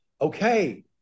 okay